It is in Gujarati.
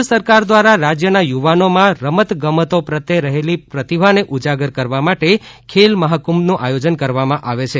રાજ્ય સરકાર દ્વારા રાજ્યના યુવાનોમાં રમત ગમતો પ્રત્યે રહેલી પ્રતિભાને ઉજાગર કરવા માટે ખેલ મહાકુંભનું આયોજન કરવામાં આવે છે